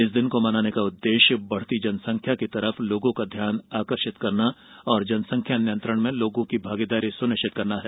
इस दिन को मनाने का उद्देश्य बढ़ती जनसंख्या की ओर लोगों का ध्यान आकर्षित करना और जनसंख्या नियंत्रण में लोगों की भागीदारी सुनिश्चित करना है